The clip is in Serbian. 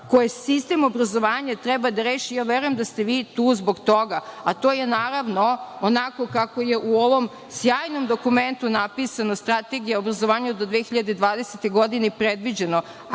to sistem obrazovanja treba da reši i ja verujem da ste vi tu zbog toga, a to je, naravno, onako kako je u ovom sjajnom dokumentu napisano. Strategijom obrazovanja do 2020. godine je i predviđeno